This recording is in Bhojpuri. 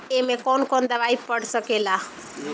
ए में कौन कौन दवाई पढ़ सके ला?